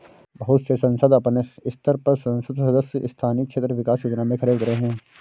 बहुत से संसद अपने स्तर पर संसद सदस्य स्थानीय क्षेत्र विकास योजना में खरे उतरे हैं